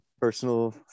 Personal